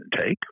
take